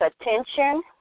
attention